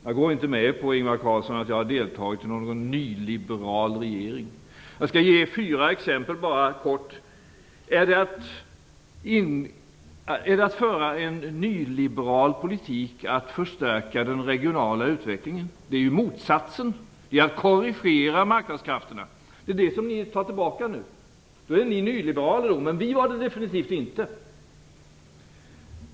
Jag går inte med på att jag deltagit i någon nyliberal regering. Jag skall ge fyra exempel. Är det att föra en nyliberal politik att förstärka den regionala utvecklingen? Det är ju motsatsen, det är att korrigera marknadskrafterna. Det är det som ni inte tar tillbaka nu. Då är ni nyliberaler, men vi var det definitivt inte.